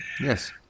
Yes